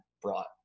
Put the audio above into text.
brought